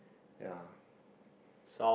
ya